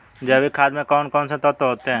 जैविक खाद में कौन कौन से तत्व होते हैं?